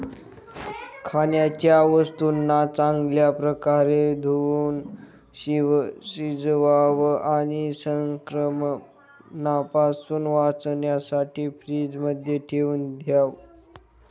खाण्याच्या वस्तूंना चांगल्या प्रकारे धुवुन शिजवावं आणि संक्रमणापासून वाचण्यासाठी फ्रीजमध्ये ठेवून द्याव